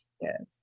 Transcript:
Yes